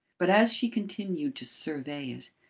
but as she continued to survey it,